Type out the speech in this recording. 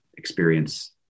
Experience